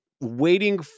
waiting